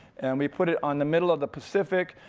and we put it on the middle of the pacific.